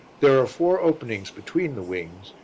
there are four openings between the wings,